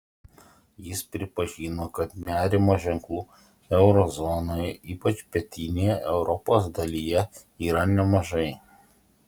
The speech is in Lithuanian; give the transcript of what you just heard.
jis pripažino kad nerimo ženklų euro zonoje ypač pietinėje europos dalyje yra nemažai